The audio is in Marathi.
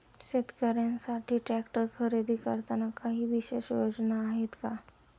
शेतकऱ्यांसाठी ट्रॅक्टर खरेदी करताना काही विशेष योजना आहेत का?